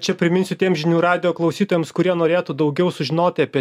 čia priminsiu tiems žinių radijo klausytojams kurie norėtų daugiau sužinoti apie